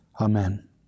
Amen